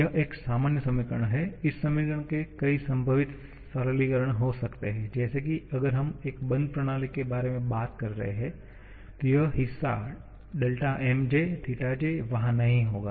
यह एक सामान्य समीकरण है इस समीकरण के कई संभावित सरलीकरण हो सकते हैं जैसे कि अगर हम एक बंद प्रणाली के बारे में बात कर रहे हैं तो यह हिस्सा𝛿𝑚𝑗θ𝑗वहा नहीं होगा